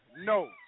No